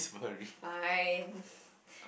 fine